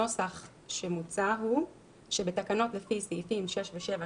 הנוסח שמוצע הוא שבתקנות לפי סעיפים 6 ו-7,